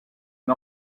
une